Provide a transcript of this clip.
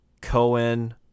Cohen